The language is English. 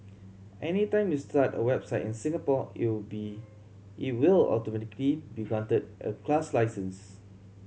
anytime you start a website in Singapore it will be it will automatically be granted a class license